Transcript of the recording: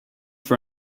for